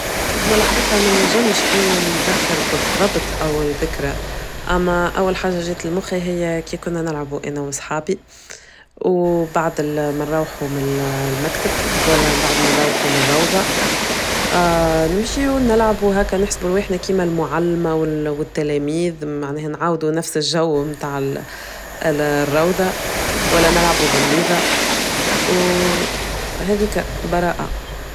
والحقيقة ما نجمش انا نذكر بالضبط اول ذكرى اما اول حاجة جيت لمخي هي كي كنا نلعبوا انا واصحابي وبعد ما نروحوا من المكتب ولا بعد ما نروحوا من الروضة نمشي ونلعبوا هكا نحسب روحنا كيما المعلمة والتلاميذ معناها نعاودو نفس الجو متاع الروضة ولا نلعبوا غميذة وهاذيكا براءة.